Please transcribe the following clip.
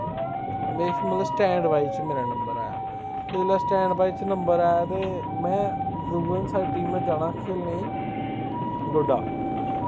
में मतलब standbys च मेरा नंबर आया जिसलै स्टैंड बाईज़ च नंबर आया ते में दूऐ दिन साढ़ी टीमै जाना हा खेढने डोडा